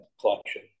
collection